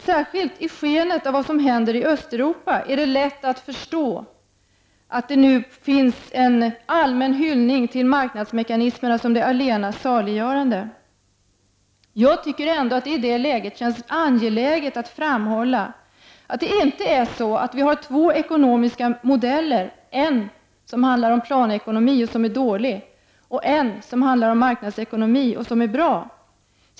Särskilt i skenet av vad som händer i Östeuropa är det lätt att förstå att det nu finns en allmän hyllning till marknadsmekanismerna som det allena saliggörande. Jag tycker ändå att det i det läget känns angeläget att framhålla att det inte är så att vi har två ekonomiska modeller, en som handlar om planekonomi och som är dålig, en som handlar om marknadsekonomi och som är bra.